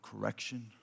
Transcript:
correction